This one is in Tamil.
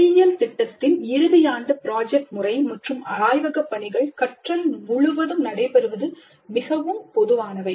பொறியியல் திட்டத்தின் இறுதி ஆண்டு ப்ராஜெக்ட் முறை மற்றும் ஆய்வக பணிகள் கற்றல் முழுவதும் நடைபெறுவது மிகவும் பொதுவானவை